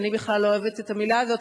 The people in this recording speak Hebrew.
אני בכלל לא אוהבת את המלה הזאת,